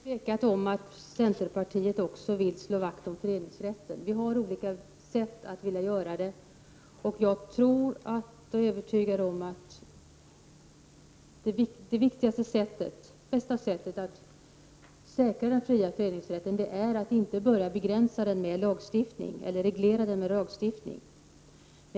Herr talman! Jag hyser inget tvivel om att även centerpartiet vill slå vakt om föreningsrätten. Det är bara det att vi vill göra det på något olika sätt. Jag är övertygad om att det bästa sättet att säkra den fria föreningsrätten är att låta bli reglering genom lagstiftning.